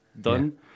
done